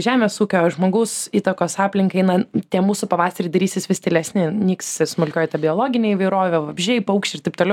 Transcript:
žemės ūkio žmogaus įtakos aplinkai na tie mūsų pavasariai darysis vis tylesni nyks smulkioji ta biologinė įvairovė vabzdžiai paukščiai ir taip toliau